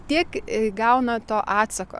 tiek ir gauna to atsako